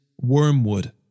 Wormwood